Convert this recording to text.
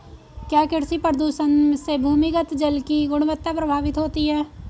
क्या कृषि प्रदूषण से भूमिगत जल की गुणवत्ता प्रभावित होती है?